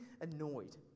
annoyed